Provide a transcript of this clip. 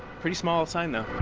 pretty small sign though.